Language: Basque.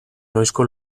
noizko